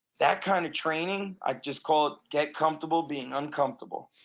that kind of training, i just call it get comfortable being uncomfortable